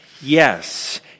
Yes